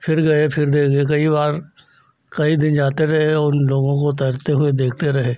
फ़िर गए फ़िर देखे कई बार कई दिन जाते रहे और उन लोगों को तैरते हुए देखते रहे